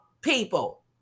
people